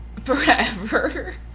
Forever